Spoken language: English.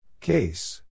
case